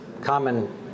common